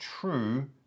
true